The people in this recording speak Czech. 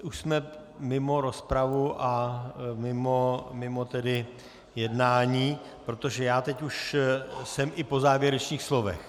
Už jsme mimo rozpravu a mimo jednání, protože já teď už jsem i po závěrečných slovech.